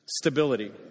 Stability